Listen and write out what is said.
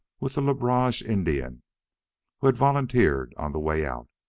with the le barge indian who had volunteered on the way out.